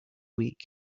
week